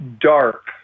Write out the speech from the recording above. dark